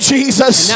Jesus